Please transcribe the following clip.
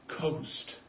coast